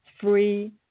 free